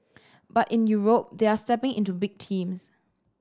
but in Europe they are stepping into big teams